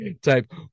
type